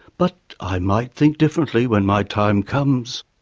but i might think differently when my time comes.